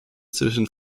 zwischen